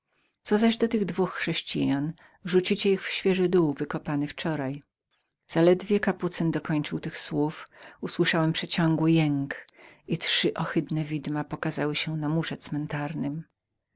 co zaś do tych dwóch chrześcijan wrzucicie ich w świeży dół wykopany wczoraj zaledwie kapucyn dokończył tych słów gdy usłyszałem przeciągły jęk i trzy ohydne widma pokazały się na murze cmentarzowym